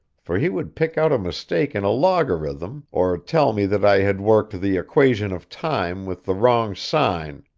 for he would pick out a mistake in a logarithm, or tell me that i had worked the equation of time with the wrong sign,